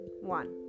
one